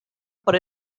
por